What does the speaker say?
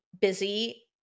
busy